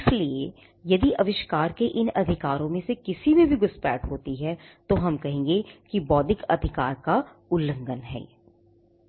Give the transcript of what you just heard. इसलिए यदि आविष्कार के इन अधिकारों में से किसी में भी घुसपैठ होती है तो हम कहेंगे कि बौद्धिक अधिकार का उल्लंघन है